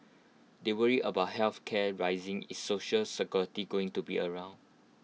they worried about health care rising is Social Security going to be around